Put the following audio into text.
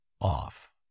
off